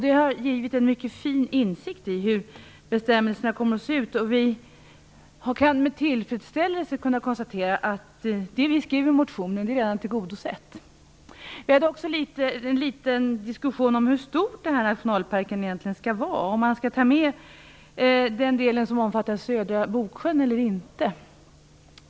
Det har givit en mycket fin insikt i hur bestämmelserna kommer att se ut, och vi kan med tillfredsställelse konstatera att det vi skrev i motionen redan är tillgodosett. Vi hade också en liten diskussion om hur stor den här nationalparken egentligen skall vara, om man skall ta med den del som omfattar södra Boksjön eller inte.